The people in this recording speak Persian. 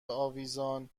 آویزان